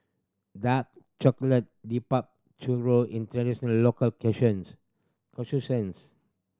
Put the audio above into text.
dark chocolate churro is a traditional local